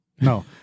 no